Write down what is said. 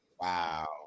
Wow